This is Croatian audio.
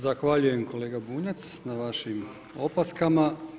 Zahvaljujem kolega Bunjac na vašim opaskama.